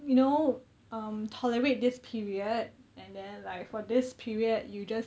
you know um tolerate this period and then like for this period you just